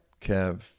Kev